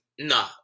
no